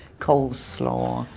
coleslaw.